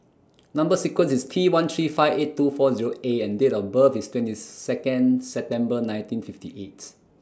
Number sequence IS T one three five eight two four Zero A and Date of birth IS twenty Second September nineteen fifty eighth